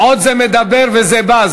עוד זה מדבר וזה בא.